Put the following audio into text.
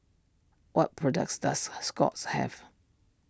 what products does Scott's have